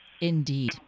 Indeed